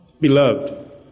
Beloved